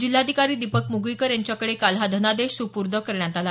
जिल्हाधिकारी दिपक मुगळीकर यांच्याकडे काल हा धनादेश सुपूर्द करण्यात आला